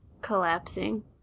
collapsing